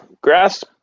Grass